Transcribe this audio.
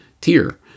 tier